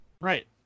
Right